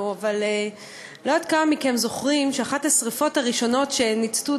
אבל אני לא יודעת כמה מכם זוכרים שאחת השרפות הראשונות שניצתו,